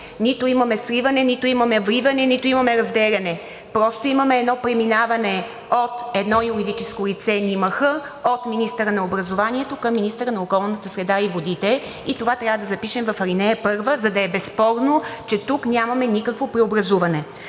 нито имаме сливане, нито имаме вливане, нито имаме разделяне. Просто имаме едно преминаване от едно юридическо лице – НИМХ, от министъра на образованието към министъра на околната среда и водите, и това трябва да запишем в ал. 1, за да е безспорно, че тук нямаме никакво преобразуване.